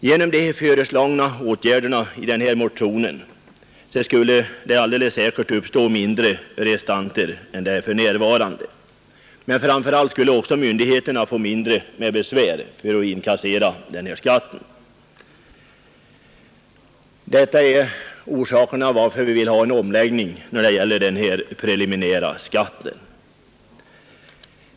Genom de åtgärder vi föreslagit i motionen skulle det alldeles säkert uppstå ett mindre antal restantier än för närvarande, men framför allt skulle myndigheterna få mindre besvär med att inkassera den här skatten. Detta är orsakerna till att vi vill ha en omläggning när det gäller den preliminära skatten.